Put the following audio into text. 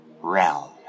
Realm